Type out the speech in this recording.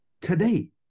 today